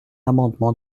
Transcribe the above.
amendement